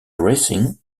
racing